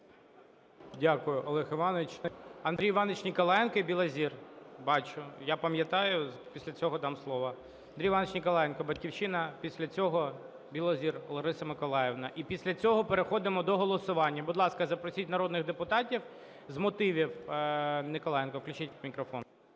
Дякую, Олег Іванович. Андрій Іванович Ніколаєнко і Білозір. Бачу, я пам’ятаю. Після цього дам слово. Андрій Іванович Ніколаєнко, "Батьківщина". Після цього – Білозір Лариса Миколаївна. І після цього переходимо до голосування. Будь ласка, запросіть народних депутатів. З мотивів, Ніколаєнко. Включіть мікрофон.